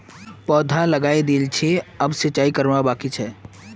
पौधा लगइ दिल छि अब सिंचाई करवा बाकी छ